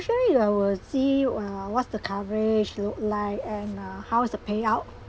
sure you will see well what's the coverage look like and uh how is the payout